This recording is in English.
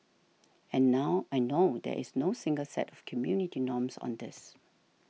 and now and no there is no single set of community norms on this